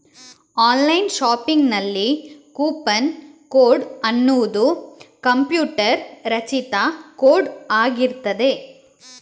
online ಶಾಪಿಂಗಿನಲ್ಲಿ coupon code ಅನ್ನುದು computer ರಚಿತ ಕೋಡ್ ಆಗಿರ್ತದೆ